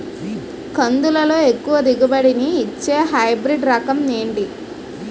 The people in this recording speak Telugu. కందుల లో ఎక్కువ దిగుబడి ని ఇచ్చే హైబ్రిడ్ రకం ఏంటి?